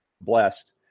blessed